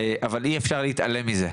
אבל אי אפשר להתעלם מזה.